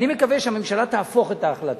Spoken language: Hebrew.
אני מקווה שהממשלה תהפוך את ההחלטה,